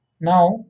Now